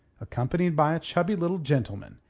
accompanied by a chubby little gentleman,